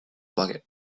bucket